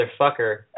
motherfucker